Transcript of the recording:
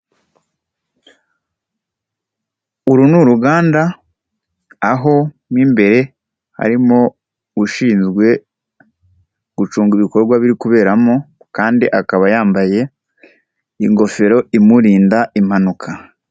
Uru ni uruganda aho mo imbere harimo ushinzwe gucunga ibikorwa biri kuberamo kandi akaba yambaye ingofero imurinda impanuka.